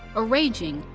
arranging,